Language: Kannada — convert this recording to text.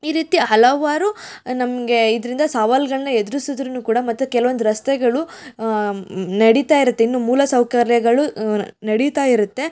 ಈ ರೀತಿ ಹಲವಾರು ನಮಗೆ ಇದರಿಂದ ಸವಾಲುಗಳ್ನ ಎದುರಿಸಿದ್ರೂ ಕೂಡ ಮತ್ತೆ ಕೆಲವೊಂದು ರಸ್ತೆಗಳು ನಡಿತಾ ಇರುತ್ತೆ ಇನ್ನು ಮೂಲ ಸೌಕರ್ಯಗಳು ನಡಿತಾ ಇರುತ್ತೆ